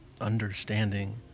understanding